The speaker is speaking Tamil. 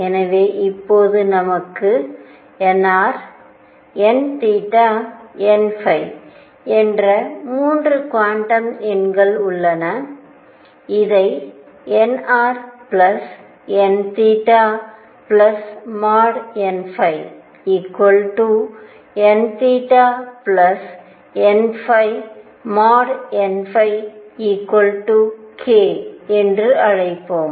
எனவே இப்போது நமக்கு nrnn என்ற 3 குவாண்டம் எண்கள் உள்ளன இதை nrnnnn k என்று அழைப்போம்